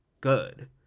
good